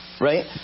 Right